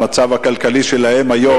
המצב הכלכלי שלהן היום,